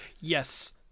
Yes